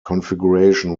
configuration